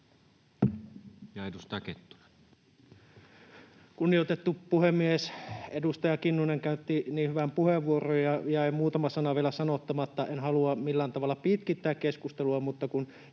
Kunnioitettu puhemies! Edustaja Kinnunen käytti niin hyvän puheenvuoron, ja jäi muutama sana vielä sanomatta. En halua millään tavalla pitkittää keskustelua, mutta kun